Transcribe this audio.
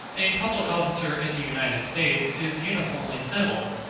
a public officer in the united states is uniformly civil,